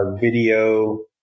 video